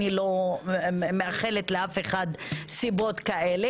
אני לא מאחלת לאף אחד סיבות כאלה,